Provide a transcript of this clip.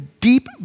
deep